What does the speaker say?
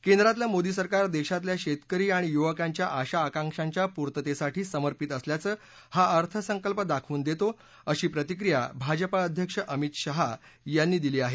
केंद्रातलं मोदी सरकार देशातल्या शेतकरी आणि युवकांच्या आशा आकांक्षाच्या पूर्ततेसाठी समर्पित असल्याचं हा अर्थसंकल्प दाखवून देतो अशी प्रतिक्रिया भाजपा अध्यक्ष अमीत शहा यांनी दिली आहे